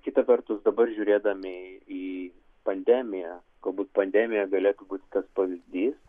kita vertus dabar žiūrėdami į pandemiją galbūt pandemija galėtų būti tas pavyzdys